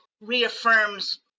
reaffirms